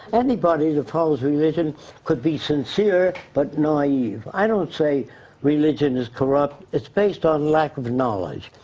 anybody that follows religion could be sincere but naive. i don't say religion is corrupt. it's based on lack of knowledge.